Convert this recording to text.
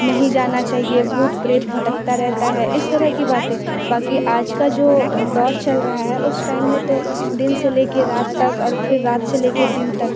नहीं जाना चाहिए भूत प्रेत भटकता रहता है इस तरह की बातें बाक़ी आज का जो दौर चल रहा है उस टाइम में तो दिन से ले कर रात तक और फिर रात से ले कर दिन तक